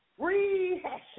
rehashing